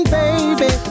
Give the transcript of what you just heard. baby